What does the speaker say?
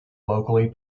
locally